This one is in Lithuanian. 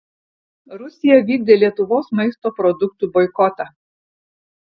rusija vykdė lietuvos maisto produktų boikotą